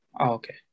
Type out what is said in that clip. Okay